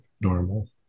normal